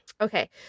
Okay